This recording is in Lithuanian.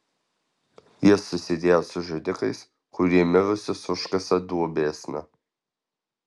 jis susidėjo su žudikais kurie mirusius užkasa duobėsna